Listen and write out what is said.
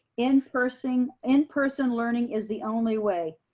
in person and person learning is the only way.